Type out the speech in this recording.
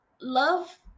love